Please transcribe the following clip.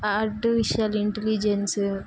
artificial intelligence